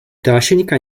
dášeňka